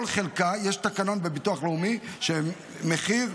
ולכל חלקה יש תקנון בביטוח לאומי של מחיר,